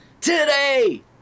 today